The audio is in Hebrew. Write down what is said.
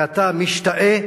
ואתה משתאה